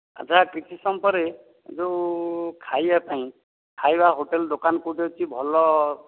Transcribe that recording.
ଆଚ୍ଛା କିଛି ସମୟ ପରେ ଯୋଉ ଖାଇବା ପାଇଁ ଖାଇବା ହୋଟେଲ୍ ଦୋକାନ କୋଉଠି ଅଛି ଭଲ